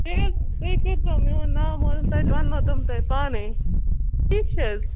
تۄہہِ کٔرۍ زیو میون ناو معلوم تَتہِ وننو تِم تۄہہِ پانےٹھیٖک چھَا حظ